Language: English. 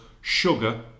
sugar